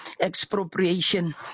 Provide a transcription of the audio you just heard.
expropriation